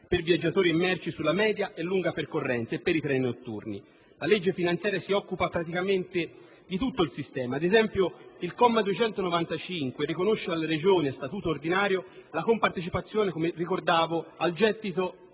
per viaggiatori e merci sulla media e lunga percorrenza e per i treni notturni. La legge finanziaria si occupa praticamente di tutto il sistema. Ad esempio, il comma 295 dell'articolo 1 riconosce alle Regioni a Statuto ordinario - come ricordavo - la compartecipazione al gettito